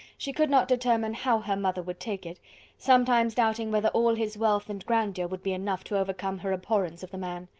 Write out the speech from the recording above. she could not determine how her mother would take it sometimes doubting whether all his wealth and grandeur would be enough to overcome her abhorrence of the man.